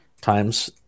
times